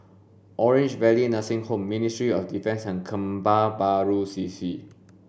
Orange Valley Nursing Home Ministry of Defence and Kebun Baru C C